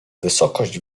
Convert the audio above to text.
wysokość